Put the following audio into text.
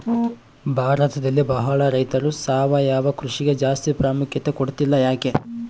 ಭಾರತದಲ್ಲಿ ಬಹಳ ರೈತರು ಸಾವಯವ ಕೃಷಿಗೆ ಜಾಸ್ತಿ ಪ್ರಾಮುಖ್ಯತೆ ಕೊಡ್ತಿಲ್ಲ ಯಾಕೆ?